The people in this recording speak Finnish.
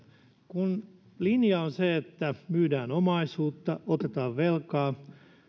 kun linja on se että myydään omaisuutta otetaan velkaa